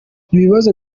ibibazo